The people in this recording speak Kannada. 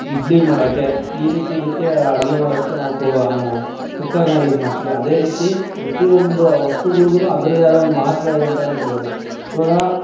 ಇಡ್ಲಿ ಮಾಡೋಕ್ಕೆ ಈ ರೀತಿದಕ್ಕೆ ಅಡುಗೆ ಮಾಡೋದಕ್ಕೆ ನಾವು ಕುಕ್ಕರನ್ನ ಯೂಸ್ ಮಾಡ್ತೀವಿ ಅದೇ ರೀತಿ ಪ್ರತಿಯೊಂದು ವಸ್ತುಗುಳ್ಗೂ ಅದರದ್ದೆ ಆದ ಒಂದು ಮಹತ್ವ ಇದೆ ಅಂತಾನೆ ಹೇಳ್ಬೋದು ಈವಾಗ